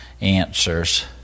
answers